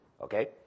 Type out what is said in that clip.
okay